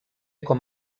com